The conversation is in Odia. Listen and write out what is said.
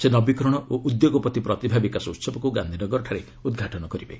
ସେ ନବୀକରଣ ଓ ଉଦ୍ୟୋଗପତି ପ୍ରତିଭା ବିକାଶ ଉହବକୁ ଗାନ୍ଧୀନଗରଠାରେ ଉଦ୍ଘାଟନ କରିବେ